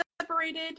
separated